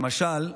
למשל,